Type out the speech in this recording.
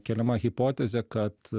keliama hipotezė kad